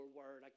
word